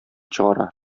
чыгара